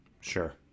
Sure